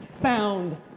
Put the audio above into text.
found